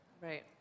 Right